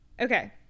Okay